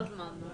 לא הוזמן.